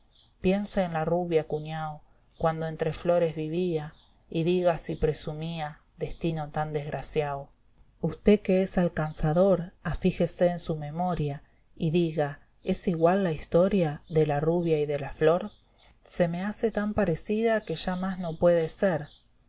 piense en la rubia cu nao cuando entre flores vivía y diga si presumía destino tan desgraciao fausto usté que es alcanzador afíjese en su memoria y dijara es igual la historia de la rubia y de la flor se me hace tan parecida que ya más no puede ser